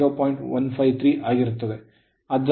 153 ಆಗಿರುತ್ತದೆ